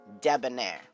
debonair